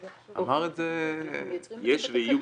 אמר את זה --- יש ויהיו קריטריונים.